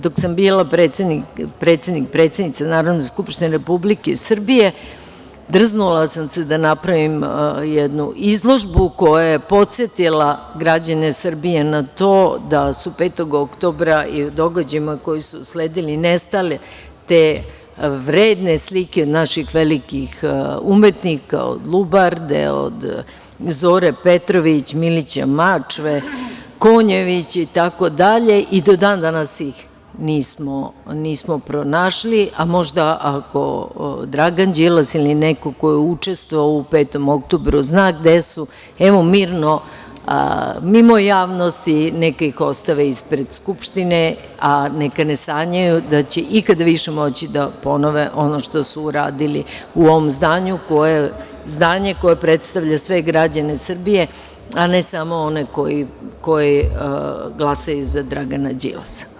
Dok sam bila predsednica Narodne skupštine Republike Srbije drzula sam se da napravim jednu izložbu koja je podsetila građane Srbije na to da su 5. oktobra i događajima koji su usledili nestale te vredne slike naših velikih umetnika od Lubarde, od Zore Petrović, Milića Mačve, Konjevića itd. i do dan danas ih nismo pronašli, a možda ako Dragan Đilas ili neko ko je učestvovao u 5. oktobru zna gde su, mirno mimo javnosti neka ih ostave ispred Skupštine, a neka ne sanjaju da će ikada više moći da ponove ono što su uradili u ovom zdanju koje je zdanje koje predstavlja sve građane Srbije, a ne samo one koji glasaju za Dragana Đilasa.